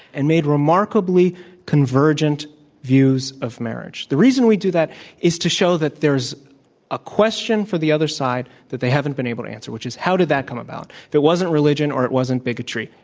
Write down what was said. and made remarkably convergent view of marriage the reason we do that is to show that there is a question for the other side that they haven't been able to answer, which is, how did that come about? there wasn't religion or it wasn't bigotry.